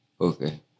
Okay